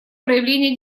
проявление